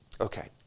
Okay